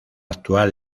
actual